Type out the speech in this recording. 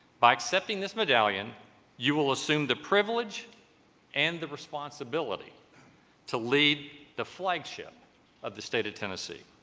by accepting this medallion you will assume the privilege and the responsibility to lead the flagship of the state of tennessee